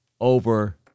over